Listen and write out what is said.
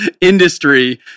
industry